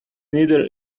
neither